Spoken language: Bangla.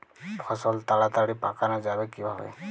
ফসল তাড়াতাড়ি পাকানো যাবে কিভাবে?